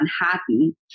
Manhattan